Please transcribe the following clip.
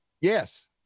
Yes